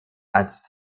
ernst